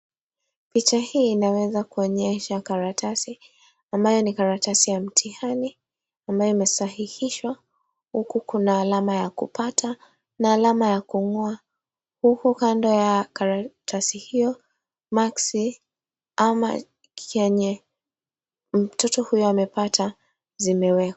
Picha hii inaweza kuonyesha karatasi ambaye ni karatasi ya mtihani ambaye imesahihishwa, huku kuna alama ya kupata na alama ya kung'owa huku kando ya karatasi hiyo maksi ama chenye mtoto huyu amepata zimewekwa.